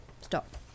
stop